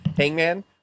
Hangman